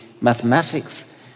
mathematics